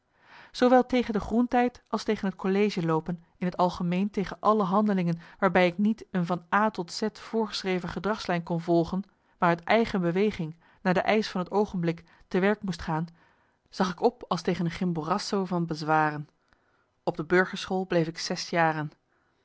zoowel tegen de groentijd als tegen het collegeloopen in t algemeen tegen alle handelingen waarbij ik niet een van a tot z voorgeschreven gedragslijn kon volgen maar uit eigen beweging naar de eisch van het oogenblik te werk moest gaan zag ik op als tegen een chimborasso van bezwaren op de burgerschool bleef ik